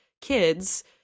kids